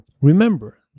remember